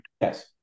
yes